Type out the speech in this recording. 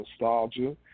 nostalgia